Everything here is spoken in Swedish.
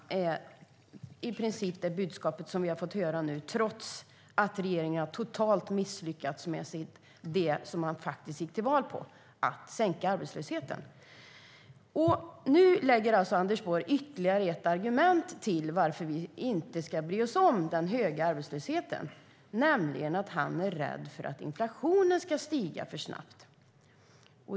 Det är i princip det budskap som vi har fått höra nu, trots att regeringen har misslyckats totalt med det som den faktiskt gick till val på, nämligen att sänka arbetslösheten. Nu lägger Anders Borg ytterligare ett argument till varför vi inte ska bry oss om den höga arbetslösheten, nämligen att han är rädd för att inflationen ska stiga för snabbt.